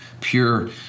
pure